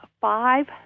five